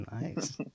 Nice